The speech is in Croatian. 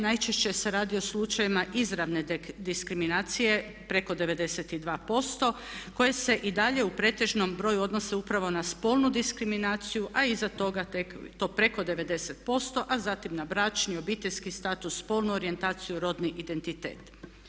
Najčešće se radi o slučajevima izravne diskriminacije, preko 92% koji se i dalje u pretežnom broju odnose upravo na spolnu diskriminaciju a iza tog tek to preko 90% a zatim na bračni, obiteljski status, spolnu orijentaciju, rodni identitet.